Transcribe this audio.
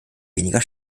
weniger